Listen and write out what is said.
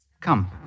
Come